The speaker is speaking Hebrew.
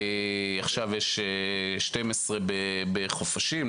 עכשיו יש שתים-עשרה בחופשים,